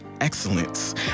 excellence